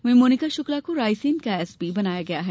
वहीं मोनिका शुक्ला को रायसेन का एसपी बनाया गया है